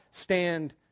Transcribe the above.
stand